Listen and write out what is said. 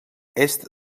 est